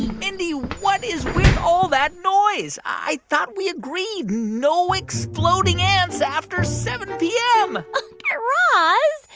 mindy, what is with all that noise? i thought we agreed no exploding ants after seven p m guy raz,